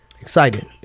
excited